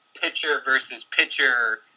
pitcher-versus-pitcher